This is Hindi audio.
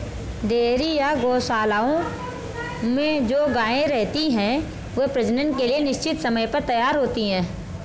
डेयरी या गोशालाओं में जो गायें रहती हैं, वे प्रजनन के लिए निश्चित समय पर तैयार होती हैं